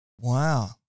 wow